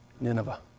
Nineveh